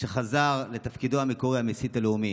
שחזר לתפקידו המקורי, המסית הלאומי.